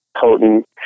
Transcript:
potent